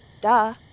duh